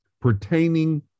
pertaining